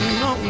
no